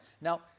Now